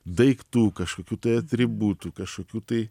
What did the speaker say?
daiktų kažkokių tai atributų kažkokių tai